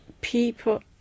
people